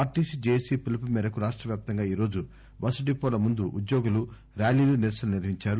RTC JAC పిలుపుమేరకు రాష్ట వ్యాప్తంగా ఈరోజు బస్ డిపోల ముందు ఉద్యోగులు ర్యాలీలు నిరసనలు నిర్వహించారు